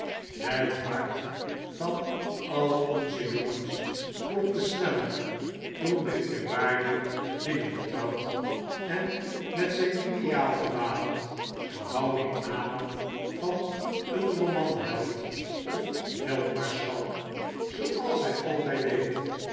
het hart van al onze jongens klopte sneller toen de eerwaarde binnentrad en met zijn liniaal gewapend de houding aannam van een romanheld of veldmaarschalk zooals hy altyd deed